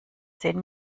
zehn